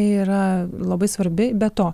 yra labai svarbi be to